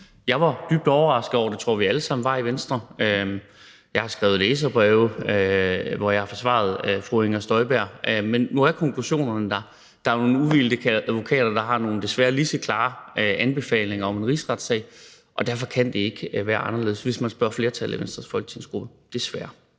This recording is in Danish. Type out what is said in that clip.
jeg var dybt overrasket over. Det tror jeg vi alle sammen var i Venstre. Jeg har skrevet læserbreve, hvor jeg har forsvaret fru Inger Støjberg. Men nu er konklusionerne der. Der er nogle uvildige advokater, der desværre har nogle lige så klare anbefalinger af en rigsretssag, og derfor kan det ikke være anderledes, hvis man spørger flertallet i Venstres folketingsgruppe – desværre.